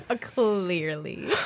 Clearly